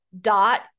dot